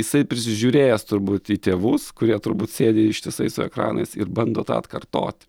jisai prisižiūrėjęs turbūt į tėvus kurie turbūt sėdi ištisai su ekranais ir bando tą atkartoti